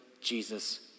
Jesus